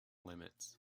limits